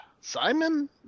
Simon